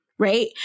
Right